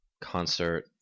concert